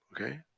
okay